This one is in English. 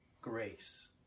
grace